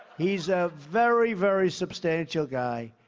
he's a very, very substantial guy.